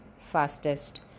fastest